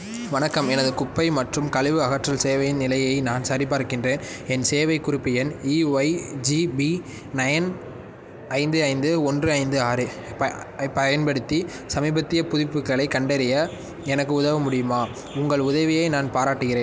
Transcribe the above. வணக்கம் எனது குப்பை மற்றும் கழிவு அகற்றல் சேவையின் நிலையை நான் சரிபார்க்கின்றேன் என் சேவை குறிப்பு எண் இஒய்ஜிபி நைன் ஐந்து ஐந்து ஒன்று ஐந்து ஆறு ப ஐப் பயன்படுத்தி சமீபத்திய புதுப்பிகளைக் கண்டறிய எனக்கு உதவ முடியுமா உங்கள் உதவியை நான் பாராட்டுகிறேன்